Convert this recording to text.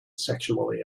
sexually